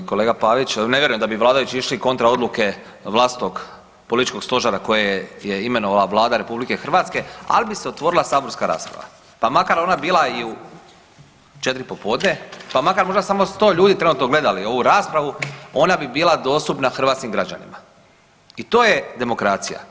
Poštovani kolega Pavić, ne vjerujem da bi vladajući išli kontra odluke vlastitog političkog stožera kojeg je imenovala Vlada RH, al bi se otvorila saborska rasprava, pa makar ona bila i u 4 popodne, pa makar možda samo 100 ljudi trenutno gledali ovu raspravu, ona bi bila dostupna hrvatskim građanima i to je demokracija.